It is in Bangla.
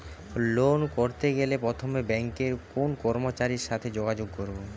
লোন করতে গেলে প্রথমে ব্যাঙ্কের কোন কর্মচারীর সাথে যোগাযোগ করব?